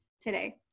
today